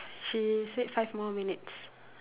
she said five more minutes